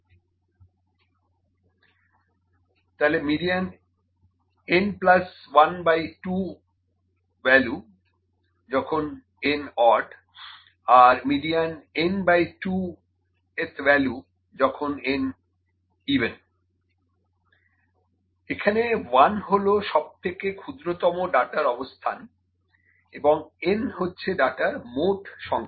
median ¿ n1 2 এর value n যখন বিজোড় মিডিয়ান ¿ 2 এর ভ্যালু n যখন জোড় এখানে 1 হলো সবথেকে ক্ষুদ্রতম ডাটার অবস্থান এবং n হচ্ছে ডাটার মোট সংখ্যা